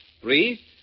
Three